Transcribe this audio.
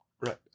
Right